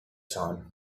time